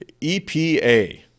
epa